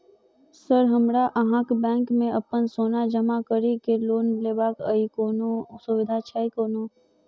Sir हमरा अहाँक bank मे अप्पन सोना जमा करि केँ लोन लेबाक अई कोनो सुविधा छैय कोनो?